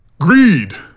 Greed